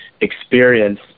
experience